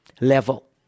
level